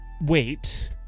wait